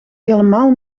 helemaal